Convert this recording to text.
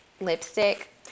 lipstick